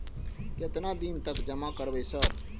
केतना दिन तक जमा करबै सर?